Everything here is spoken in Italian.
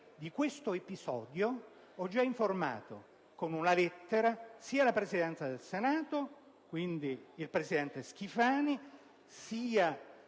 di questo episodio ho già informato con una lettera sia la Presidenza del Senato, quindi il presidente Schifani,